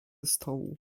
stołu